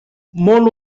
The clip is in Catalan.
molt